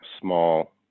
small